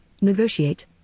negotiate